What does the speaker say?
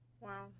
Wow